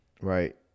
right